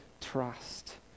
trust